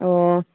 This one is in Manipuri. ꯑꯣ